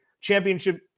championship